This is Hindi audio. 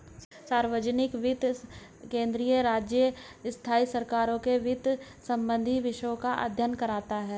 सार्वजनिक वित्त केंद्रीय, राज्य, स्थाई सरकारों के वित्त संबंधी विषयों का अध्ययन करता हैं